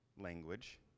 language